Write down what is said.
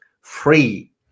free